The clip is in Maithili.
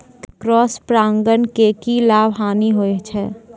क्रॉस परागण के की लाभ, हानि होय छै?